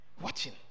Watching